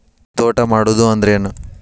ತೋಟ ಮಾಡುದು ಅಂದ್ರ ಏನ್?